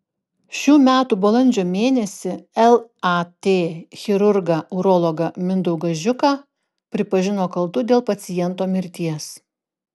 šių metų balandžio mėnesį lat chirurgą urologą mindaugą žiuką pripažino kaltu dėl paciento mirties